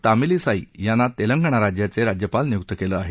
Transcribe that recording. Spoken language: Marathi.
तामिलीसाई यांना तेलंगणा राज्याचे राज्यपाल नियुक्त केलं आहे